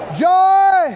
joy